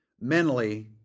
mentally